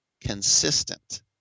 consistent